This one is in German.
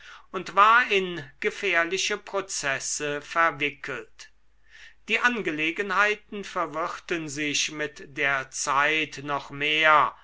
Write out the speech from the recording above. und war in gefährliche prozesse verwickelt die angelegenheiten verwirrten sich mit der zeit noch mehr